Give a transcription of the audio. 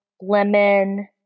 lemon